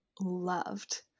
loved